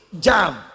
jam